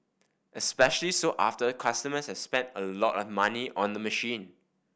especially so after customers has spent a lot of money on the machine